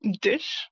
dish